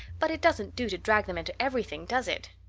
but it doesn't do to drag them into everything, does it?